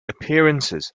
appearances